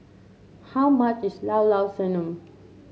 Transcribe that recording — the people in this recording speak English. how much is Llao Llao Sanum